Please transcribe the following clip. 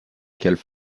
quelles